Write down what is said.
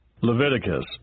Leviticus